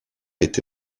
été